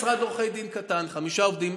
משרד עורכי דין קטן עם חמישה עובדים.